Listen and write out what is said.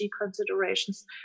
considerations